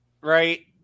Right